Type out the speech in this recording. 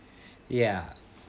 ya